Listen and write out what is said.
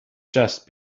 just